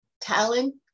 talent